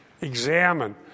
examine